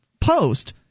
post